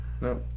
No